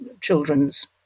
children's